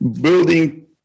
building